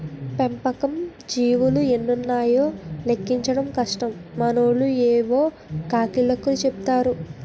పెంపకం జీవులు ఎన్నున్నాయో లెక్కించడం కష్టం మనోళ్లు యేవో కాకి లెక్కలు చెపుతారు